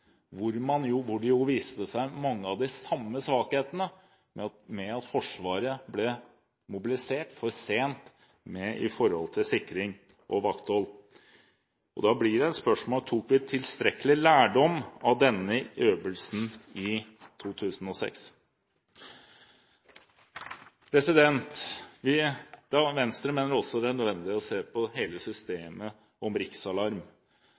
hvor jo mange av de samme svakhetene viste seg, med at Forsvaret ble mobilisert for sent med hensyn til sikring og vakthold. Og da blir det et spørsmål: Tok vi tilstrekkelig lærdom av denne øvelsen i 2006? Venstre mener også det er nødvendig å se på hele systemet med riksalarm